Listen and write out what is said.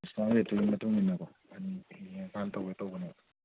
discount ꯔꯦꯠꯇꯨꯒꯤ ꯃꯇꯨꯡ ꯏꯟꯅꯀꯣ ꯍꯥꯏꯕꯗꯤ ꯌꯦꯡꯉꯀꯥꯟꯗ ꯇꯧꯒꯦ ꯇꯧꯕꯅꯦꯕ